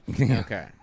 Okay